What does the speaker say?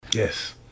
Yes